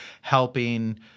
helping